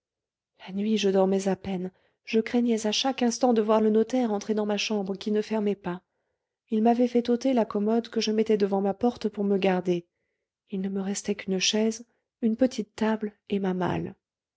la nuit je dormais à peine je craignais à chaque instant de voir le notaire entrer dans ma chambre qui ne fermait pas il m'avait fait ôter la commode que je mettais devant ma porte pour me garder il ne me restait qu'une chaise une petite table et ma malle